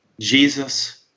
Jesus